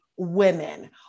Women